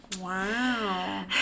wow